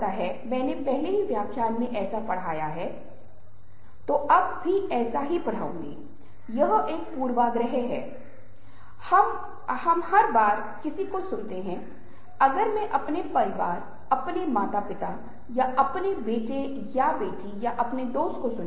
अब चिंतनशील का मानना है कि संचार का प्राथमिक उद्देश्य व्यक्तिगत संबंध का रखरखाव या उन्नति है